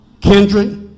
kindred